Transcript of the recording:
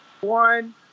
One